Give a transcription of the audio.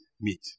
meet